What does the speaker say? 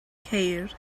ceir